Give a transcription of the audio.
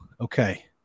Okay